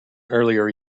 earlier